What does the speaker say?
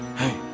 hey